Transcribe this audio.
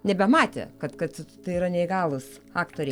nebematė kad kad tai yra neįgalūs aktoriai